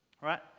right